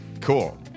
Cool